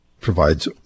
provides